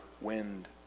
wind